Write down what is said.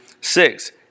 six